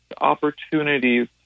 opportunities